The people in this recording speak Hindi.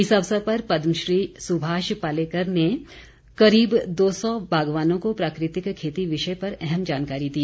इस अवसर पर पद्मश्री सुभाष पालेकर ने करीब दो सौ बागवानों को प्राकृतिक खेती विषय पर अहम जानकारी दी